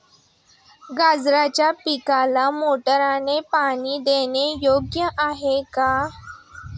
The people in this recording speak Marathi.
गाजराच्या पिकाला मोटारने पाणी देणे योग्य आहे का?